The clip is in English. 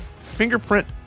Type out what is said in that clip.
fingerprint